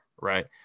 Right